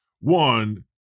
One